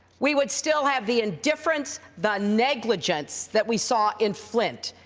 we would still have the indifference, the negligence that we saw in flint.